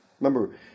Remember